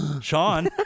Sean